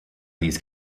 these